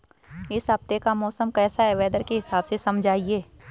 इस हफ्ते का मौसम कैसा है वेदर के हिसाब से समझाइए?